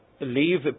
leave